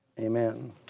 amen